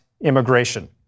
immigration